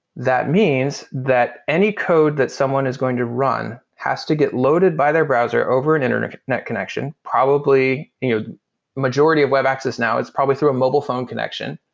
that means that any code that someone is going to run has to get loaded by their browser over and an internet connection, probably you know majority of web access now is probably through a mobile phone connection.